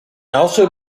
also